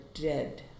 dead